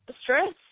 stress